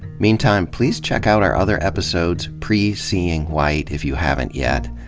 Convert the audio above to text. meantime, please check out our other episodes, pre seeing white, if you haven't yet.